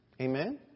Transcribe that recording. Amen